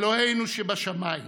אלוהינו שבשמיים,